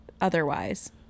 otherwise